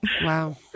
Wow